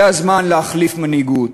זה הזמן להחליף מנהיגות.